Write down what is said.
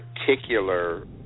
particular